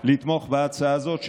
לתמוך בהצעה הזאת,